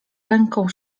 ręką